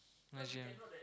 as you know